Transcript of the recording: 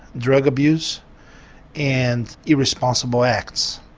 drug abuse and irresponsible acts,